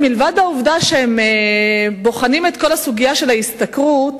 מלבד העובדה שהם בוחנים את כל הסוגיה של ההשתכרות,